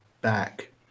back